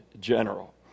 general